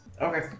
Okay